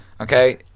Okay